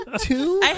two